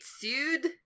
sued